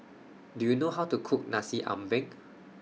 Do YOU know How to Cook Nasi Ambeng